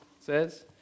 says